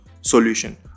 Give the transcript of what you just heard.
solution